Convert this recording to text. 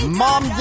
mom